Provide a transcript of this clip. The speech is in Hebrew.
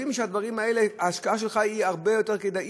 יודעים שבדברים האלה ההשקעה היא הרבה יותר כדאית,